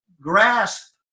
Grasp